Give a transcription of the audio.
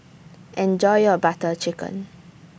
Enjoy your Butter Chicken